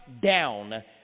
down